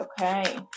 Okay